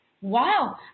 Wow